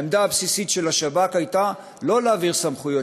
העמדה הבסיסית של השב"כ הייתה לא להעביר סמכויות,